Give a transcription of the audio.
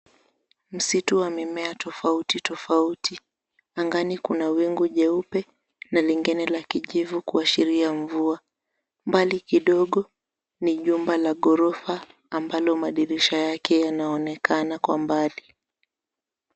Msitu wa mimea tofauti tofauti. Angani kuna wingu jeupe na lingine la kijivu kuashiria mvua. Mbali kidogo ni jumba la ghorofa ambalo madirisha yake yanaonekana kwa mbali.